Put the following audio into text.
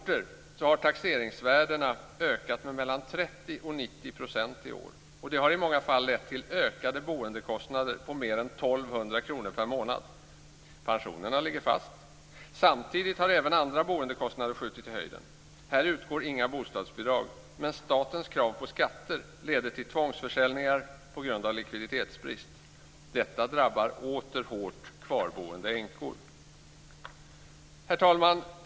30 % och 90 % i år, och det har i många fall lett till ökade boendekostnader på mer än 1 200 kr per månad. Pensionerna ligger fast. Samtidigt har även andra boendekostnader skjutit i höjden. Här utgår inga bostadsbidrag, men statens krav på skatter leder till tvångsförsäljningar på grund av likviditetsbrist. Detta drabbar åter hårt kvarboende änkor. Herr talman!